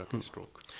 stroke